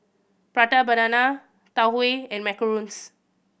Prata Banana Tau Huay and macarons